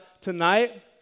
tonight